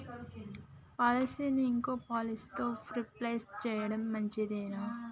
పాలసీని ఇంకో పాలసీతో రీప్లేస్ చేయడం మంచిదేనా?